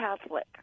Catholic—